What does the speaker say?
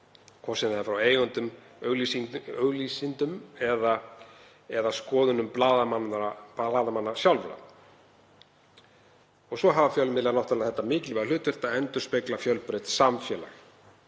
hvort sem það er frá eigendum, auglýsendum eða skoðunum blaðamanna sjálfra. Svo hafa fjölmiðlar náttúrlega það mikilvæga hlutverk að endurspegla fjölbreytt samfélag.